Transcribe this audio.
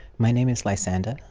my name is lysander.